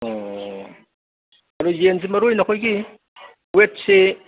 ꯑꯣ ꯑꯗꯨ ꯌꯦꯟꯁꯤ ꯃꯔꯨ ꯑꯣꯏꯅ ꯑꯩꯈꯣꯏꯒꯤ ꯋꯦꯠꯁꯤ